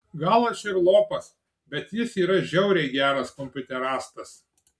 gal aš ir lopas bet jis yra žiauriai geras kompiuterastas